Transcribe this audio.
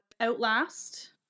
Outlast